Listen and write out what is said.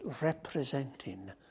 representing